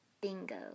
Bingo